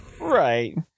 right